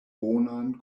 bonan